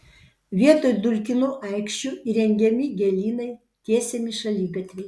vietoj dulkinų aikščių įrengiami gėlynai tiesiami šaligatviai